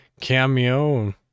cameo